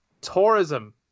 Tourism